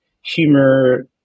humor